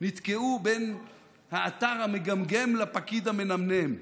נתקעו בין האתר המגמגם לפקיד המנמנם.